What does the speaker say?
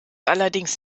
allerdings